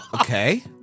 Okay